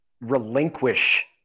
relinquish